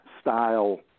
style